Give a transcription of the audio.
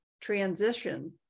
transition